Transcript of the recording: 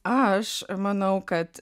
aš manau kad